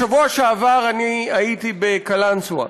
בשבוע שעבר הייתי בקלנסואה,